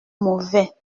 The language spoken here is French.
mauvais